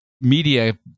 media